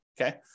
okay